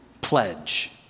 pledge